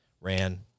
Ran